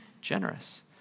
generous